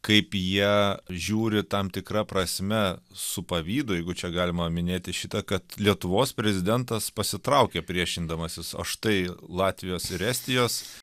kaip jie žiūri tam tikra prasme su pavydu jeigu čia galima minėti šitą kad lietuvos prezidentas pasitraukė priešindamasis o štai latvijos ir estijos